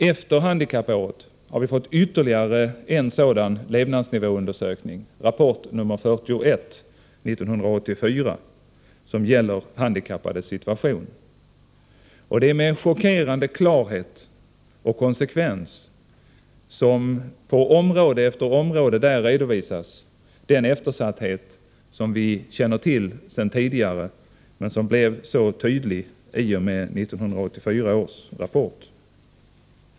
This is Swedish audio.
Efter handikappåret har vi fått ytterligare en sådan levnadsnivåundersökning, Rapport 41:1984, som gäller handikappades situation. Det är med chockerande klarhet och konsekvens som man där på område efter område redovisar den eftersatthet som vi känner till sedan tidigare men som blev så tydlig i och med 1984 års rapport.